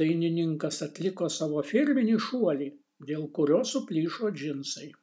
dainininkas atliko savo firminį šuolį dėl kurio suplyšo džinsai